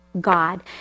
God